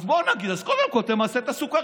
אז קודם כול תמסה את הסוכר,